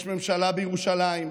יש ממשלה בירושלים.